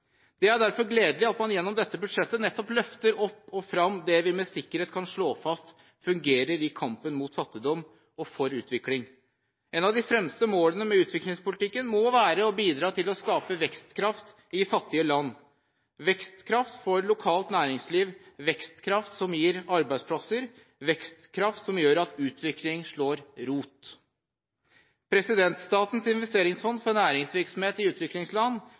Det er derfor gledelig at man gjennom dette budsjettet nettopp løfter opp og fram det vi med sikkerhet kan slå fast fungerer i kampen mot fattigdom og for utvikling. Et av de fremste målene med utviklingspolitikken må være å bidra til å skape vekstkraft i fattige land: vekstkraft for lokal næringsliv, vekstkraft som gir arbeidsplasser, og vekstkraft som gjør at utvikling slår rot. Statens investeringsfond for næringsvirksomhet i utviklingsland,